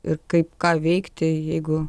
ir kaip ką veikti jeigu